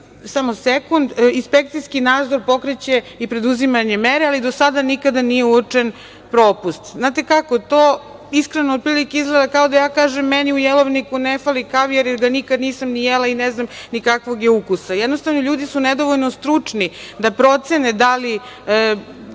nepravilnost, inspekcijski nadzor pokreće i preduzimanje mere, ali do sada nikada nije uočen propust. Znate kako, to iskreno otprilike izgleda kao da ja kažem - meni u jelovniku ne fali kavijar, jer ga nikad nisam ni jela i ne znam kakvog je ukusa. Jednostavno, ljudi su nedovoljno stručni da procene da li